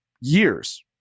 years